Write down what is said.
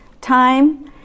time